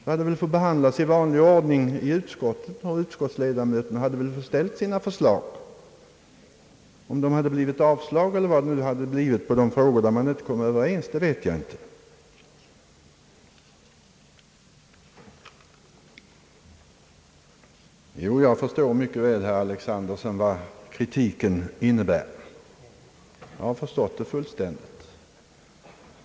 Ärendet hade fått behandlas i vanlig ordning i utskottet, och utskottsledamöterna hade väl framställt sina förslag. Om det hade blivit avslag eller vad det blivit i de frågor där man inte kommit överens, det vet jag inte. Jag förstår mycket väl, herr Alexanderson, vad kritiken innebär. Jag har förstått det fullständigt.